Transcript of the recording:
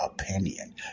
opinion